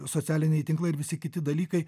socialiniai tinklai ir visi kiti dalykai